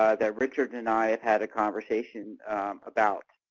ah that richard and i have had a conversation about.